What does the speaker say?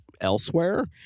elsewhere